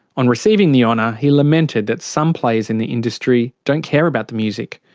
on receiving the honour, he lamented that some players in the industry don't care about the music,